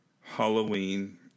Halloween